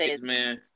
man